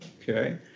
Okay